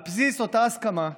על בסיס אותה הסכמה,